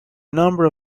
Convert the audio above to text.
number